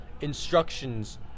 instructions